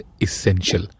essential